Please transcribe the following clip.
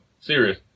Serious